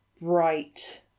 bright